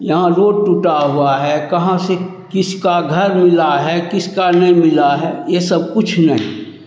यहाँ रोड टूटा हुआ है कहाँ से किसका घर मिला है किसका नहीं मिला है यह सब कुछ नहीं